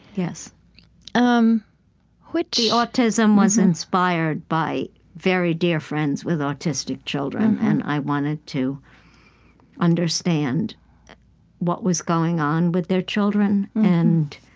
yes um which, the autism was inspired by very dear friends with autistic children, and i wanted to understand what was going on with their children and